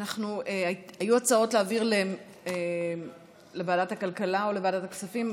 היו הצעות להעביר לוועדת הכלכלה או לוועדת הכספים.